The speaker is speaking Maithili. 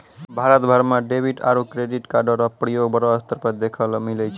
भारत भर म डेबिट आरू क्रेडिट कार्डो र प्रयोग बड़ो स्तर पर देखय ल मिलै छै